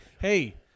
hey